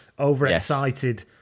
overexcited